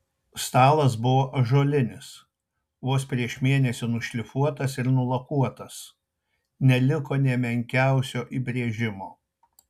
stalas buvo ąžuolinis vos prieš mėnesį nušlifuotas ir nulakuotas neliko nė menkiausio įbrėžimo